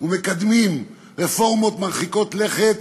ומקדמים רפורמות מרחיקות לכת